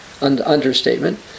understatement